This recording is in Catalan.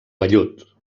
vellut